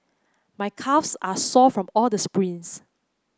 my calves are sore from all the sprints